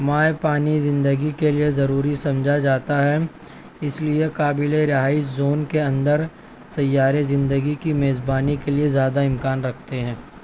مائع پانی زندگی کے لئے ضروری سمجھا جاتا ہے اس لئے قابل رہائش زون کے اندر سیارے زندگی کی میزبانی کے لئے زیادہ امکان رکھتے ہیں